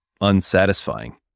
unsatisfying